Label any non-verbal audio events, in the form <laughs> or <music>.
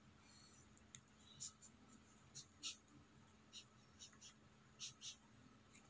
<laughs>